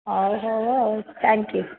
ହଉ ହଉ ଆଉ ଥ୍ୟାଙ୍କ୍ ୟ୍ୟୁ